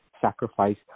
sacrifice